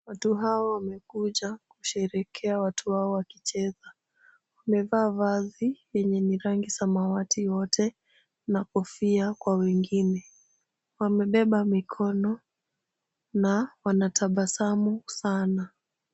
Watu hawa wamekuja kusherehekea watu hawa wakicheza. Wamevaa vazi lenye ni rangi samawati wote na kofia kwa wengine. Wamebeba mikono na wanatabasamu sana.